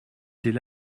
c’est